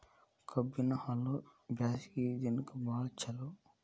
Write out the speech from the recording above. ಕಬ್ಬಿನ ಹಾಲು ಬ್ಯಾಸ್ಗಿ ದಿನಕ ಬಾಳ ಚಲೋ